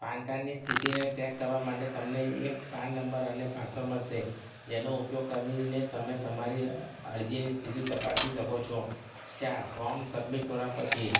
પાન કાર્ડની સ્થિતિને ટ્રેક કરવા માટે તમને એક પાન નંબર અને પાસવડ મળશે જેનો ઉપયોગ કરીને તમે તમારી અરજીની સ્થિતિ તપાસી શકો છો ચાર ફોમ સબમિટ કરવા પછી